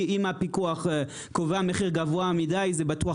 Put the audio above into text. אם הפיקוח קובע מחיר גבוה מידי זה בטוח